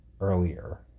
earlier